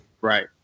Right